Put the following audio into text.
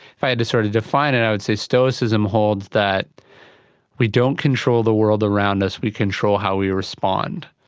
if i had to sort of define it i would say stoicism holds that we don't control the world around us, we control how we respond.